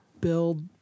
build